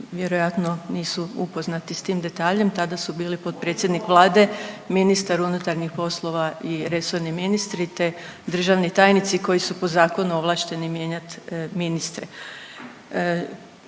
vjerojatno nisu upoznati s tim detaljem, tada su bili potpredsjednik Vlade, ministar unutarnjih poslova i resorni ministri, te državni tajnici koji su po zakonu ovlašteni mijenjat ministre.